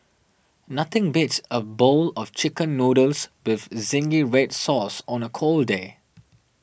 nothing beats a bowl of Chicken Noodles with Zingy Red Sauce on a cold day